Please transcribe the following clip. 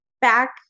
back